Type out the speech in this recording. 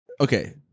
okay